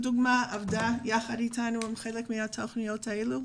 עבדה יחד איתנו בחלק מהתוכניות הללו.